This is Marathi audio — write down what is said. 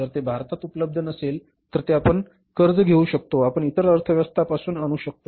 जर ते भारतात उपलब्ध नसेल तर आपण ते कर्ज घेऊ शकता आपण इतर अर्थव्यवस्था पासून आणू शकता